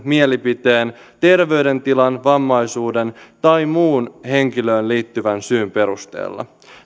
mielipiteen terveydentilan vammaisuuden tai muun henkilöön liittyvän syyn perusteella